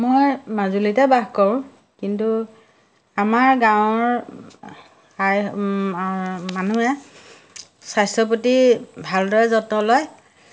মই মাজুলীতে বাস কৰোঁ কিন্তু আমাৰ গাঁৱৰ আই মানুহে স্বাস্থ্যৰ প্ৰতি ভালদৰে যত্ন লয়